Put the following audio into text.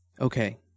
Okay